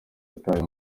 yataye